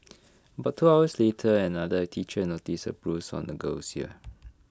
about two hours later another teacher noticed A bruise on the girl's ear